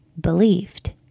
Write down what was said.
believed